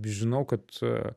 žinau kad